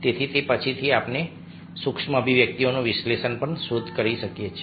તેથી તે પછીથી આપણે સૂક્ષ્મ અભિવ્યક્તિઓનું વિશ્લેષણ અને શોધ કરી શકીએ છીએ